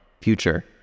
future